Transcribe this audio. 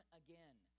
again